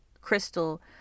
crystal